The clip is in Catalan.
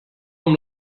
amb